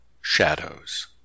Shadows